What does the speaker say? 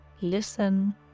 listen